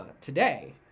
today